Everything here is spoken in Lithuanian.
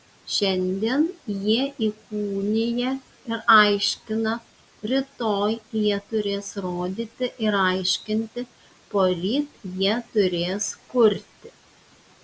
šiandien jie įkūnija ir aiškina rytoj jie turės rodyti ir aiškinti poryt jie turės kurti